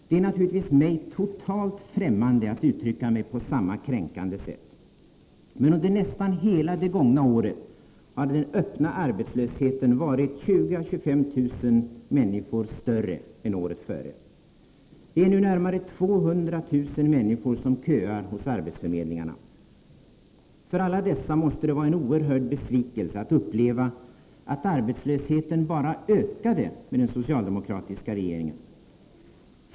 Det är naturligtvis mig totalt fftämmande att uttrycka mig på samma kränkande sätt, men under nästan hela det gångna året har den öppna arbetslösheten varit 20 000 25 000 personer större än året före. Det är nu närmare 200 000 människor som köar hos arbetsförmedlingarna. För alla dessa måste det vara en oerhörd besvikelse att uppleva att arbetslösheten bara ökade med den socialdemokratiska regeringen.